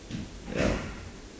ya